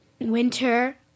winter